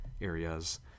areas